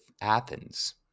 Athens